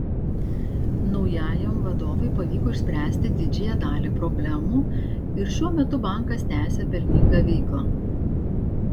naujajam vadovui pavyko išspręsti didžiąją dalį problemų ir šiuo metu bankas tęsią pelningą veiklą